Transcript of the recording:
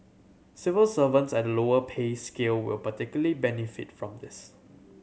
civil servants at the lower pay scale will particularly benefit from this